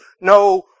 no